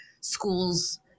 schools